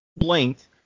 length